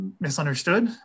misunderstood